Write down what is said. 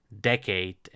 decade